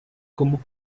como